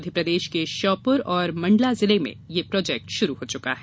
मध्य प्रदेश के श्योपुर और मंडला जिले में ये प्रोजेक्ट शुरू हो चुका है